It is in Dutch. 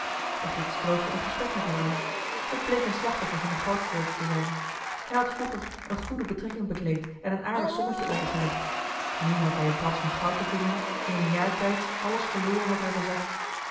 de gids knoopte een gesprek met hem aan t bleek een slachtoffer van de goudkoorts te zijn hij had vroeger eene goede betrekking bekleed en een aardig sommetje overgelegd nu had hij in plaats van goud te vinden in een jaar tijds alles verloren wat hij bezat